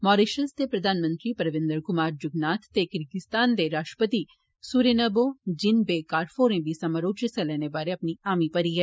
Mauritius से प्रधानमंत्री Pravind Kumar Jugnauth ते किरगीस्तान दे राष्ट्रपति सुरेनबो जिन बे कार्फ होरें बी समारोह च हिस्सा लैने बारै अपनी हामी भरी ऐ